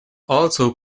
also